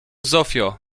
zofio